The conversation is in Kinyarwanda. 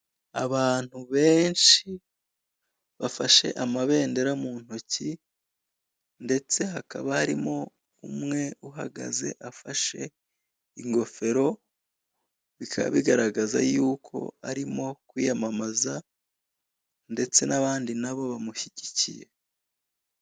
Abantu benshi bafashe amabendera mu ntoki ndetse hakaba harimo umwe uhagaze afashe ingofero bikaba bigaragaza yuko arimo kwiyamamaza ndetse n'abandi na bo bamushyigikiye.